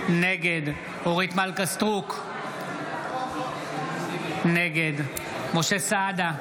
נגד אורית מלכה סטרוק, נגד משה סעדה,